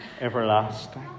everlasting